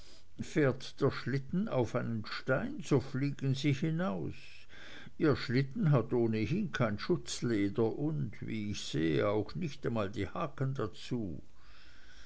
fährt der schlitten auf einen stein so fliegen sie hinaus ihr schlitten hat ohnehin kein schutzleder und wie ich sehe auch nicht einmal die haken dazu